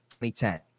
2010